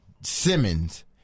Simmons